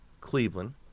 Cleveland